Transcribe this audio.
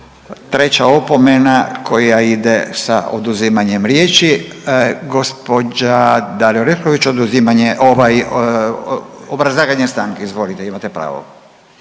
treća opomena koja ide sa oduzimanjem riječi. Gospođa Dalija Orešković obrazlaganje stanke. Izvolite, imate pravo.